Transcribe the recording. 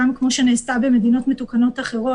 כמו שנעשה במדינות מתוקנות אחרות,